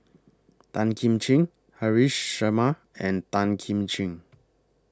Tan Kim Ching Haresh Sharma and Tan Kim Ching